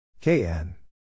KN